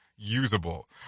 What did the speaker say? Usable